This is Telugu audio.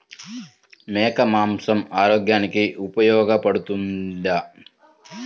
మేక మాంసం ఆరోగ్యానికి ఉపయోగపడుతుందా?